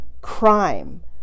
crime